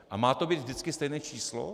A má to být vždycky stejné číslo?